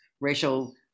racial